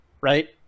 right